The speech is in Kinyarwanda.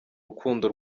rukundo